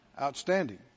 Outstanding